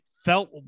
Felt